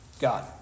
God